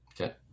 Okay